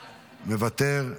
מוותר,